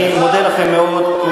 אני מודה לכם מאוד.